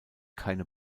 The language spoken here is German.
keine